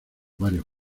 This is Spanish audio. varios